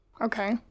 okay